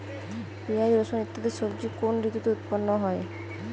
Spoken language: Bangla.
পিঁয়াজ রসুন ইত্যাদি সবজি কোন ঋতুতে উৎপন্ন হয়?